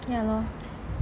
ya lor